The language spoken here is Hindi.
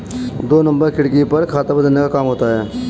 दो नंबर खिड़की पर खाता बदलने का काम होता है